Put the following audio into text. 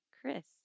Chris